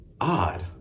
odd